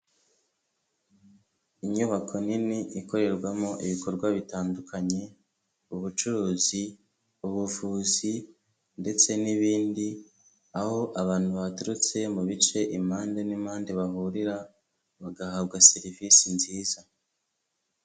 Inyubako nini ikorerwamo ibikorwa bitandukanye, ubucuruzi, ubuvuzi, ndetse n'ibindi, aho abantu baturutse mu bice impande n'impande bahurira, bagahabwa serivisi nziza.